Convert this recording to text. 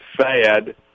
sad